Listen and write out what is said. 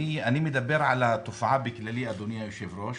אני מדבר על התופעה באופן כללי, אדוני היושב-ראש.